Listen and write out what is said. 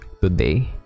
today